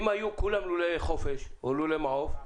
אם כולם היו לולי חופש או לולי מעוף,